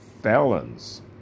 felons